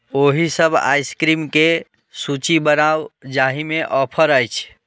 ओहिसभ आइसक्रीमके सूची बनाउ जाहिमे ऑफर अछि